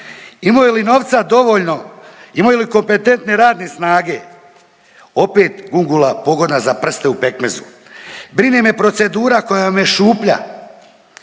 Imaju li novca dovoljno, imaju li kompetentne radne snage, opet gungula pogodna za prste u pekmezu. Brine me procedura koja vam je šuplja,